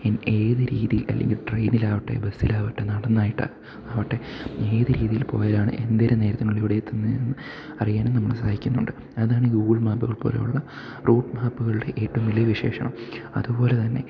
ഏതു രീതിയിൽ അല്ലെങ്കിൽ ട്രെയിനിലാവട്ടെ ബസ്സിലാവട്ടെ നടന്നിട്ട് ആവട്ടെ ഏതു രീതിയിൽ പോയാലാണ് എന്തു നേരത്തിനുള്ളിൽ ഇവിടെയെത്തുന്നതെന്ന് അറിയാനും നമ്മളെ സഹായിക്കുന്നുണ്ട് അതാണ് ഗൂഗിൾ മാപ്പുകൾ പോലെയുള്ള റൂട്ട് മാപ്പുകളിലെ ഏറ്റവും വലിയ വിശേഷണം അതുപോലെതന്നെ